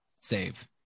save